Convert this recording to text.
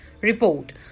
Report